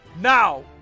Now